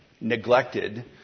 neglected